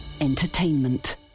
Entertainment